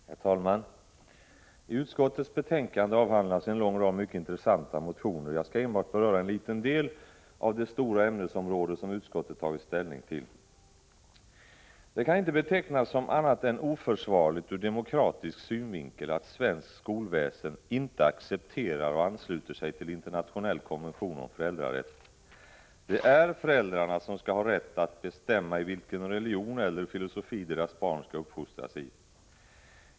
Prot. 1985/86:32 Herr talman! I utskottets betänkande avhandlas en lång rad mycket 20november 1985 intressanta motioner. Jag skall enbart beröra en liten del av dt stora —— H—-- ämnesområde som utskottet har tagit ställning till. Grundskolefrågor Det kan inte betecknas som annat än oförsvarligt ur demokratisk synvinkel — att svenskt skolväsen inte accepterar och ansluter sig till internationell konvention om föräldrarätt. Det är föräldrarna som skall ha rätt att bestämma i vilken religion eller filosofi deras barn skall uppfostras.